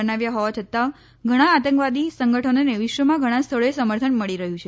બનાવ્યા હોવા છતાં ઘણા આતંકવાદી સંગઠનોને વિશ્વમાં ધણા સ્થળોએ સમર્થન મળી રહ્યું છે